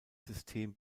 system